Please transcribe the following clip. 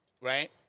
right